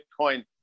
Bitcoin